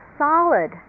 solid